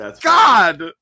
God